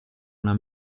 una